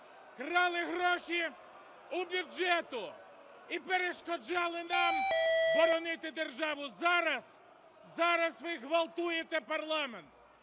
Крали гроші у бюджету і перешкоджали нам боронити державу! Зараз… Зараз ви ґвалтуєте парламент!